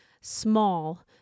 small